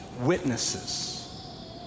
witnesses